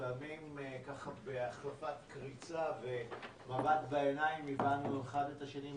לפעמים בהחלפת קריצה ובמבט בעיניים הבנו אחד את השני.